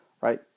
right